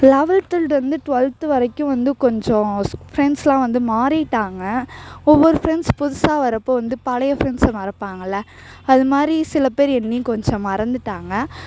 லவெல்த்துலேருந்து twelfth வரைக்கும் வந்து கொஞ்சம் ஃப்ரெண்ட்ஸ்லாம் வந்து மாறிட்டாங்க ஒவ்வொரு ஃப்ரெண்ட்ஸ் புதுசாக வர்றப்போ வந்து பழைய ஃப்ரெண்ட்ஸை மறப்பாங்கள்ல அதுமாதிரி சில பேர் என்னையும் கொஞ்சம் மறந்துட்டாங்க